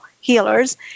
healers